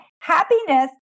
Happiness